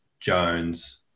Jones